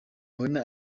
abone